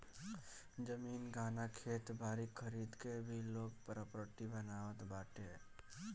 जमीन, गहना, खेत बारी खरीद के भी लोग प्रापर्टी बनावत बाटे